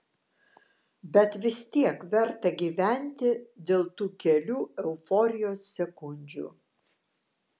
bet vis tiek verta gyventi dėl tų kelių euforijos sekundžių